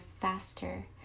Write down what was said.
faster